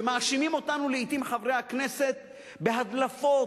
שלעתים מאשימים אותנו, חברי הכנסת בהדלפות,